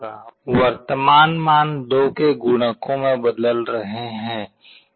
वर्तमान मान 2 के गुणकों में बदल रहे हैं